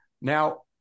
Now